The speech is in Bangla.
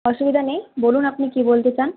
অসুবিধা নেই বলুন আপনি কি বলতে চান